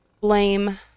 blame